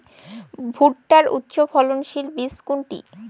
ভূট্টার উচ্চফলনশীল বীজ কোনটি?